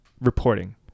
reporting